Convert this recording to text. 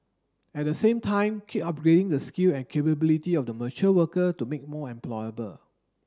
at the same time keep upgrading the skill and capability of the mature worker to make more employable